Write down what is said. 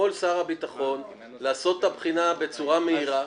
יכול שר הביטחון לעשות את הבחינה בצורה מהירה,